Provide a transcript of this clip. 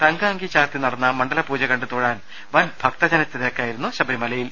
തങ്കഅങ്കി ചാർത്തി നടന്ന മണ്ഡലപൂജ കണ്ട് തൊഴാൻ വൻഭക്തജന തിരക്കായി രുന്നു ശബരിമലയിൽ